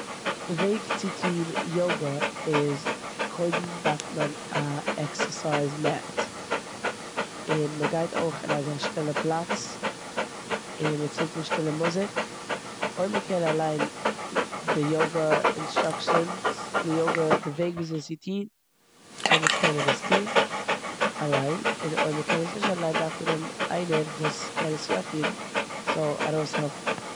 די וועג צו טון יאגע, איז קודם דארף מען א עקסערסייז מעט. און מ'גייט אויך און אזא שטילע פלאץ. און מ'צינדט אן שטילע מוזיק. אויב מ'קען אליין די יאגע אינסטוקטינס, די יאגע די וועד וואזוי עס צו טון. דעמאלץ קען מען עס טון אליין. און אויב מ'קען עס נישט אליין דארף מען האבן איינער וואס קען עס יא טון זאל ארויס העלפן.